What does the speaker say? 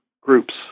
groups